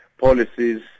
policies